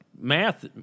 math